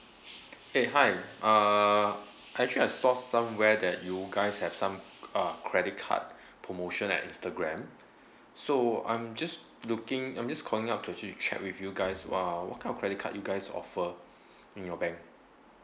eh hi uh actually I saw somewhere that you guys have some uh credit card promotion at instagram so I'm just looking I'm just calling up to actually check with you guys wha~ what kind of credit card you guys offer in your bank